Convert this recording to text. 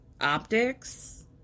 optics